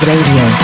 radio